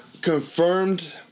confirmed